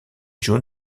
jun